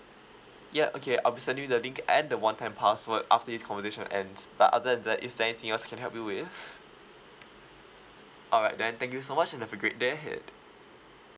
ya okay I'll be sending you the link and the one time password after this conversation ends but other than that is there anything else I can help you with alright then thank you so much and have a great day ahead